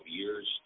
years